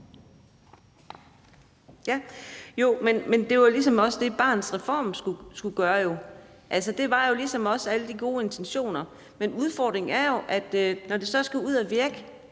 Jo, men det var jo ligesom også det, Barnets Reform skulle gøre – altså, der var også alle de gode intentioner. Men udfordringen er, når det skal ud at virke